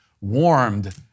warmed